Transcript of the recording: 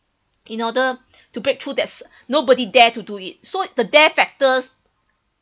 in order to break through that's nobody dare to do it so the dare factors